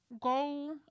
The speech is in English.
go